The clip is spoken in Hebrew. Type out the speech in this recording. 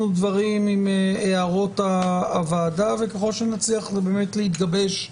ודברים עם הערות הוועדה וככל שנצליח באמת להתגבש.